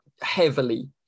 heavily